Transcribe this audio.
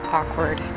awkward